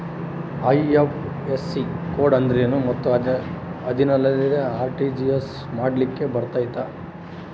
IFSC code ಅಂದ್ರೇನು ಮತ್ತು ಅದಿಲ್ಲದೆ ಆರ್.ಟಿ.ಜಿ.ಎಸ್ ಮಾಡ್ಲಿಕ್ಕೆ ಬರ್ತೈತಾ?